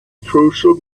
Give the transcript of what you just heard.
crucial